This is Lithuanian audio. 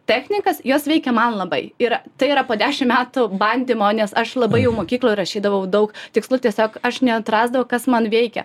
technikas jos veikia man labai ir tai yra po dešim metų bandymo nes aš labai jau mokykloj rašydavau daug tikslų tiesiog aš neatrasdavau kas man veikia